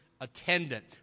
attendant